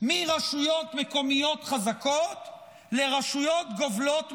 מרשויות מקומיות חזקות לרשויות גובלות מוחלשות.